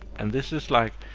and this is like,